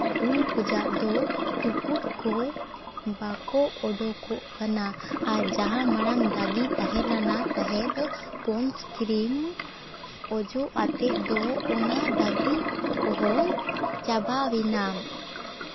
ᱩᱱ ᱠᱷᱚᱡᱟᱜ ᱫᱚ ᱛᱩᱯᱩᱫ ᱠᱚ ᱵᱟᱠᱚ ᱚᱰᱳ ᱠᱚᱜ ᱠᱟᱱᱟ ᱟᱨ ᱡᱟᱦᱟᱸ ᱢᱟᱲᱟᱝ ᱫᱟᱹᱜᱤ ᱛᱟᱦᱮᱸ ᱞᱮᱱᱟ ᱛᱟᱦᱮᱱ ᱯᱚᱰᱥ ᱠᱨᱤᱢ ᱚᱡᱚᱜ ᱟᱛᱮ ᱫᱚ ᱚᱱᱟ ᱫᱟᱹᱜᱤ ᱠᱚ ᱦᱚᱸ ᱪᱟᱵᱟᱭᱮᱱᱟ